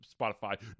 Spotify